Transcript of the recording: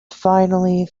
finally